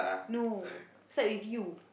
no except with you